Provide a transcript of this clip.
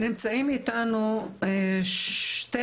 נמצאות איתנו שתי